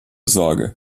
sorge